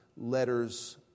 letter's